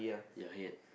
your head